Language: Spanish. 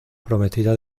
prometida